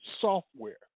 software